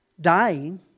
dying